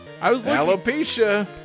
Alopecia